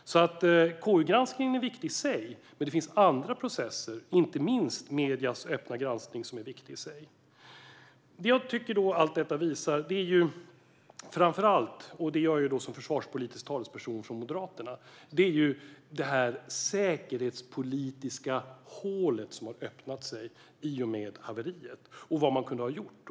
KU-granskningen är viktig i sig, men det finns andra processer, inte minst mediernas öppna granskning som är viktig i sig. Som försvarspolitisk talesperson för Moderaterna tycker jag att allt detta visar det säkerhetspolitiska hål som har öppnat sig i och med haveriet och vad man kunde ha gjort.